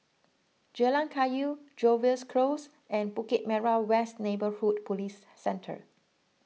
Jalan Kayu Jervois Close and Bukit Merah West Neighbourhood Police Centre